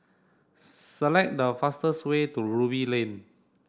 select the fastest way to Ruby Lane